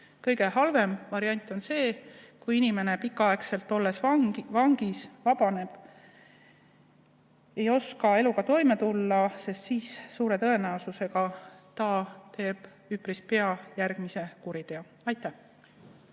Kõige halvem variant on see, kui inimene pärast pikka aega vangis olemist vabaneb ja ei oska eluga toime tulla, sest siis ta suure tõenäosusega teeb üpris pea järgmise kuriteo. Aitäh!